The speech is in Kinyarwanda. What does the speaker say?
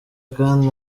kandi